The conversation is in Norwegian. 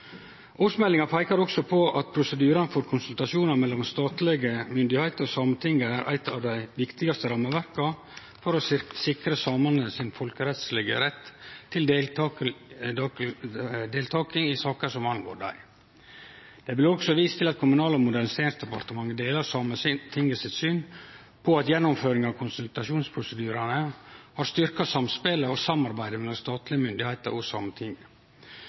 Årsmeldinga peikar òg på at prosedyrane for konsultasjonar mellom statlege myndigheiter og Sametinget er eit av dei viktigaste rammeverka for å sikre samane sin folkerettslege rett til deltaking i saker som angår dei. Eg vil òg vise til at Kommunal- og moderniseringsdepartementet deler Sametinget sitt syn på at gjennomføring av konsultasjonsprosedyrane har styrkt samspelet og samarbeidet mellom statlege myndigheiter og Sametinget.